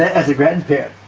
as a grandparent,